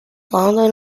london